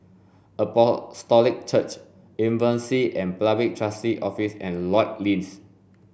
Apostolic Church Insolvency and Public Trustee's Office and Lloyds Inn